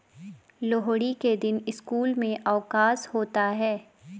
लोहड़ी के दिन स्कूल में अवकाश होता है